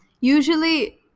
usually